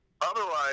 Otherwise